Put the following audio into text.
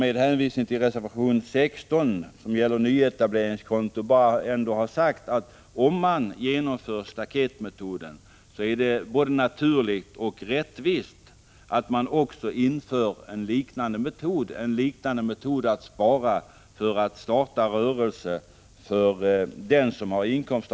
Med hänvisning till reservation 16, som gäller nyetableringskonto, vill jag emellertid säga att det, om man genomför staketmetoden, är naturligt att av rättviseskäl införa en liknande metod som kan tillämpas när en person med inkomst av tjänst sparar för att starta rörelse.